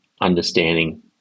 understanding